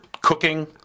Cooking